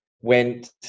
went